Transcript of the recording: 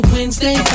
Wednesday